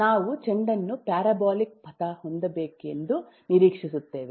ನಾವು ಚೆಂಡನ್ನು ಪ್ಯಾರಾಬೋಲಿಕ್ ಪಥ ಹೊಂದಬೇಕೆಂದು ನಿರೀಕ್ಷಿಸುತ್ತೇವೆ